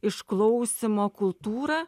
išklausymo kultūrą